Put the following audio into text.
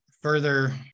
further